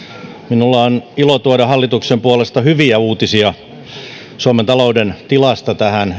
minulla on ilo tuoda hallituksen puolesta hyviä uutisia suomen talouden tilasta tähän